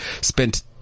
spent